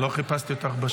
לא חיפשתי אותך בשוליים.